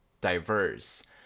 diverse